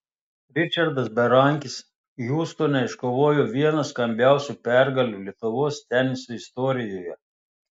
ričardas berankis hjustone iškovojo vieną skambiausių pergalių lietuvos teniso istorijoje